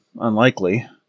Unlikely